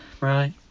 Right